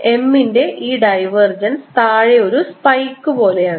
അതിനാൽ M ൻറെ ഈ ഡൈവർജൻസ് താഴെ ഒരു സ്പൈക്ക് പോലെയാണ്